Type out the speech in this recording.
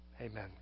Amen